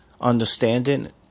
understanding